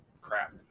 crap